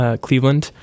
Cleveland